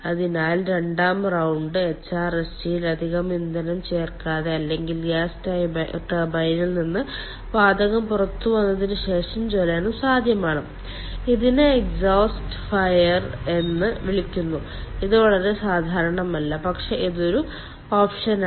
അതിനാൽ രണ്ടാം റൌണ്ട് എച്ച്ആർഎസ്ജിയിൽ അധിക ഇന്ധനം ചേർക്കാതെ അല്ലെങ്കിൽ ഗ്യാസ് ടർബൈനിൽ നിന്ന് വാതകം പുറത്തുവന്നതിന് ശേഷം ജ്വലനം സാധ്യമാണ് ഇതിനെ എക്സ്ഹോസ്റ്റ് ഫയർഡ് എന്ന് വിളിക്കുന്നു ഇത് വളരെ സാധാരണമല്ല പക്ഷേ ഇത് ഒരു ഓപ്ഷനാണ്